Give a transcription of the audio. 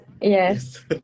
Yes